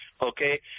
okay